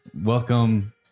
welcome